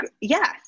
yes